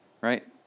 right